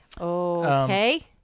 Okay